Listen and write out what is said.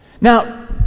Now